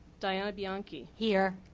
diana bee ah an key. here.